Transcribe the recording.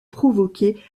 provoqués